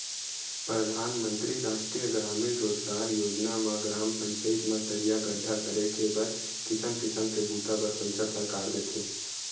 परधानमंतरी रास्टीय गरामीन रोजगार योजना म ग्राम पचईत म तरिया गड्ढ़ा करे के बर किसम किसम के बूता बर पइसा सरकार देथे